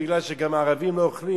בגלל שגם ערבים לא אוכלים,